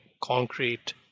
concrete